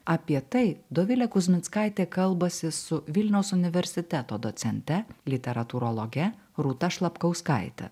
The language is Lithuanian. apie tai dovilė kuzmickaitė kalbasi su vilniaus universiteto docente literatūrologe rūta šlapkauskaite